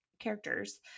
characters